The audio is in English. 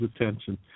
attention